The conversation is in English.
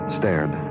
stared